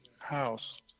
house